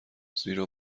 زیرا